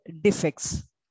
defects